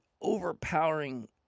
overpowering